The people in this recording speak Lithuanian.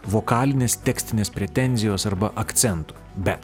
vokalinės tekstinės pretenzijos arba akcentų bet